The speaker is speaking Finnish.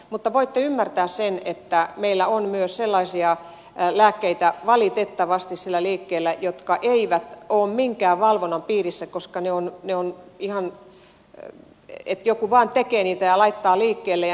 mutta voitte ymmärtää sen että meillä on myös sellaisia lääkkeitä valitettavasti siellä liikkeellä jotka eivät ole minkään valvonnan piirissä koska joku vain tekee niitä ja laittaa liikkeelle ja niin edelleen